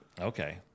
okay